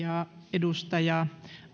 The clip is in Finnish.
edustaja